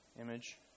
image